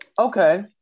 Okay